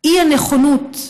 והאי-נכונות העיוורת,